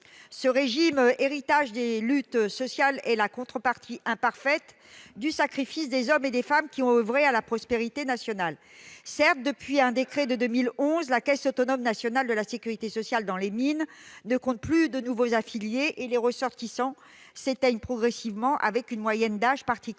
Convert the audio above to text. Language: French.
Ce régime, héritage des luttes sociales, est la contrepartie imparfaite du sacrifice des hommes et des femmes qui ont oeuvré à la prospérité nationale. Certes, depuis un décret de 2011, la Caisse autonome nationale de la sécurité sociale dans les mines ne compte plus de nouveaux affiliés, et ses ressortissants s'éteignent progressivement, avec une moyenne d'âge particulièrement